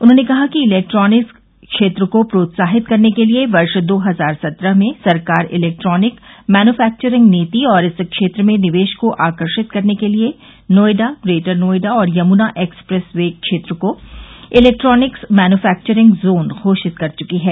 उन्होंने कहा कि इलेक्ट्रॉनिक्स क्षेत्र को प्रोत्साहित करने के लिए वर्ष दो हजार सत्रह में सरकार इलेक्ट्रॉनिक मैन्यूफैक्चरिंग नीति और इस क्षेत्र में निवेश को आकर्षित करने के लिए नोयडा ग्रेटर नोयडा और यमुना एक्सप्रेस वे क्षेत्र को इलेक्ट्रॉनिक्स मैन्युफैक्चरिंग जोन घोषित कर चुकी है